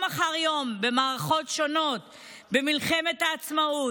אחר יום במערכות שונות במלחמת העצמאות,